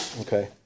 Okay